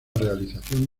realización